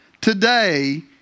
today